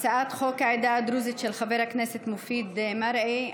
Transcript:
חוק העדה הדרוזית של חבר הכנסת מופיד מרעי.